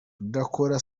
udakora